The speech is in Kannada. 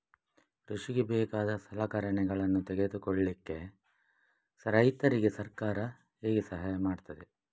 ಕೃಷಿಗೆ ಬೇಕಾದ ಸಲಕರಣೆಗಳನ್ನು ತೆಗೆದುಕೊಳ್ಳಿಕೆ ರೈತರಿಗೆ ಸರ್ಕಾರ ಹೇಗೆ ಸಹಾಯ ಮಾಡ್ತದೆ?